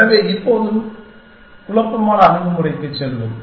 எனவே இப்போது குழப்பமான அணுகுமுறைக்கு செல்வோம்